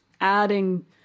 adding